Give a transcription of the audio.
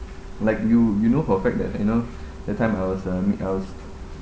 like you you know for fact that you know that time I was uh me~ I was